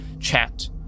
chat